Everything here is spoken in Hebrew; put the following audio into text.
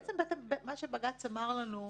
בג"צ אמר לנו: